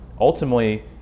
ultimately